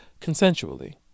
Consensually